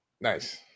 Nice